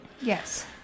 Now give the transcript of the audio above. Yes